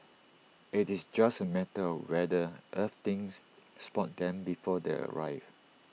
IT is just A matter of whether Earthlings spot them before they arrive